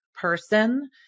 person